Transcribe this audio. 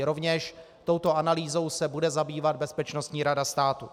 Rovněž touto analýzou se bude zabývat Bezpečnostní rada státu.